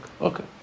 Okay